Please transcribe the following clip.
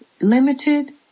limited